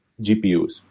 GPUs